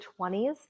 20s